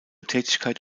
tätigkeit